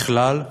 בכלל,